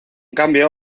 cambio